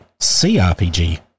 CRPG